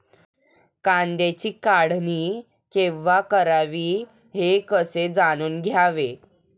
कांद्याची काढणी केव्हा करावी हे कसे जाणून घ्यावे?